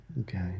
Okay